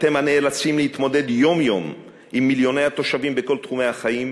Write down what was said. אתם הנאלצים להתמודד יום-יום עם מיליוני התושבים בכל תחומי החיים,